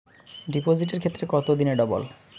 ডিপোজিটের ক্ষেত্রে কত দিনে ডবল?